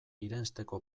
irensteko